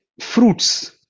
fruits